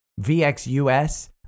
VXUS